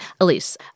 Elise